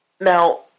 Now